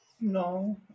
No